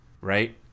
right